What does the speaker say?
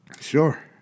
sure